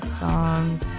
songs